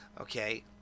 Okay